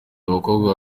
abakobwa